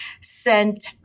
sent